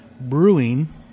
Brewing